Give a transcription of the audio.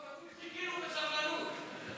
חיכינו בסבלנות.